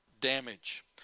damage